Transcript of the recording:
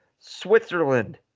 Switzerland